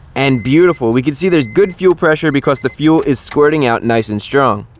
and beautiful, we can see there's good fuel pressure because the fuel is squirting out nice and strong.